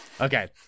Okay